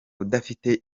udafite